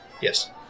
Yes